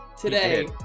today